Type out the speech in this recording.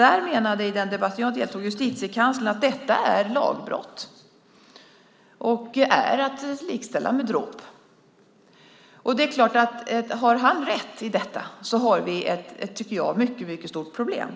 I den debatt som jag deltog i menade justitiekanslern att detta är lagbrott och att likställa med dråp. Har han rätt i detta har vi ett, tycker jag, mycket stort problem.